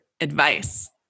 advice